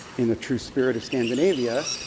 in the true spirit of scandinavia,